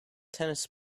tennis